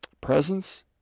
presence